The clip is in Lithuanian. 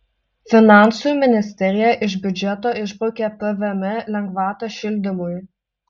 finansų ministerija iš biudžeto išbraukė pvm lengvatą šildymui